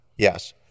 Yes